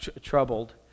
troubled